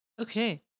okay